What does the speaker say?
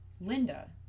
Linda